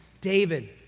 David